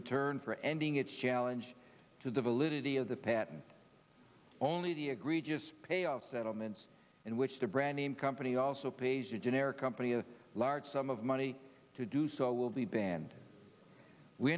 return for ending its challenge to the validity of the patent only the agreed just pay off settlements in which the brandname company also pays a generic company a large sum of money to do so will be banned we